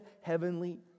heavenly